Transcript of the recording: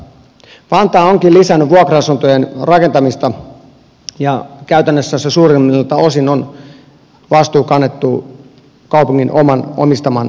vantaa onkin lisännyt vuokra asuntojen rakentamista ja käytännössä suurimmilta osin on vastuu kannettu kaupungin omistaman vav yhtiön kautta